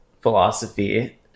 philosophy